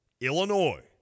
Illinois